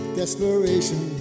desperation